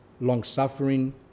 long-suffering